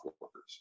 workers